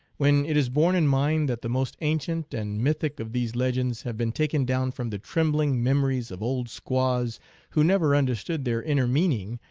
when it is borne in mind that the most ancient and mythic of these legends have been taken down from the trembling memories of old squaws who never understood their inner meaning,